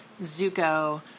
Zuko